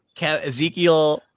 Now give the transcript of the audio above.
Ezekiel